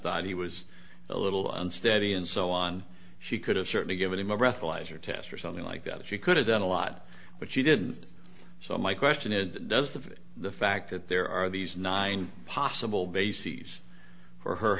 thought he was a little unsteady and so on she could have certainly given him a breathalyzer test or something like that she could have done a lot but she did so my question is does the the fact that there are these nine possible bases for her